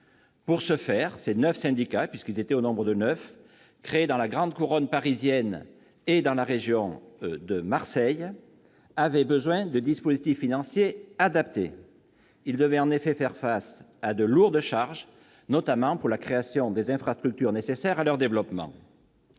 Pour ce faire, ces neuf syndicats, créés dans la grande couronne parisienne et la région de Marseille, avaient besoin de dispositifs financiers adaptés. Ils devaient en effet faire face à de lourdes charges, notamment pour la création des infrastructures nécessaires à leur développement.